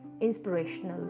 inspirational